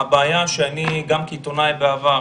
הבעיה שאני גם כעיתונאי בעבר,